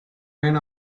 men